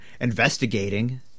investigating